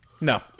No